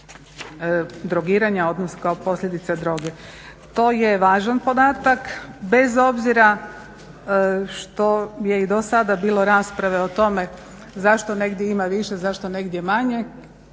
odnosno kao posljedica droge. To je važan podatak bez obzira što je i do sada bilo rasprave o tome zašto negdje ima više, zašto negdje manje